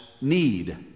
need